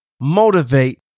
motivate